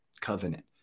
covenant